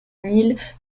mille